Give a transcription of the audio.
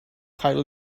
cael